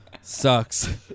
Sucks